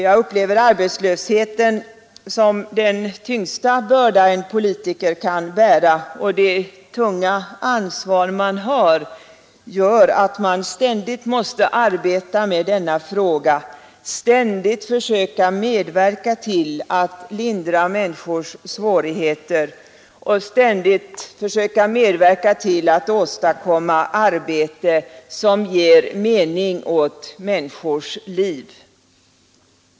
Jag upplever arbetslösheten som den tyngsta börda en politiker kan bära, och det tunga ansvar man har gör att man ständigt måste arbeta med denna fråga, ständigt försöka medverka till att lindra människors svårigheter och ständigt försöka medverka till att åstadkomma arbete, som ger mening åt människors liv.